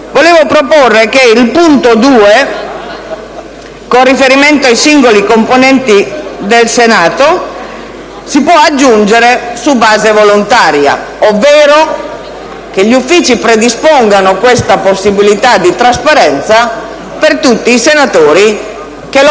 con l'espressione «con riferimento ai singoli componenti del Senato», si possa aggiungere «su base volontaria», ovvero che gli uffici predispongano tale possibilità di trasparenza per tutti i senatori che lo